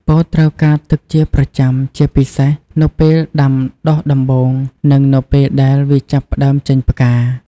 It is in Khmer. ពោតត្រូវការទឹកជាប្រចាំ ជាពិសេសនៅពេលដាំដុះដំបូង និងនៅពេលដែលវាចាប់ផ្ដើមចេញផ្កា។